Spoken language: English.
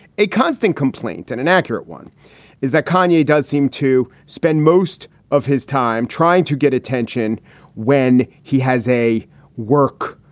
a constant complaint and an accurate one is that carney does seem to spend most of his time trying to get attention when he has a work,